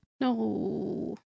No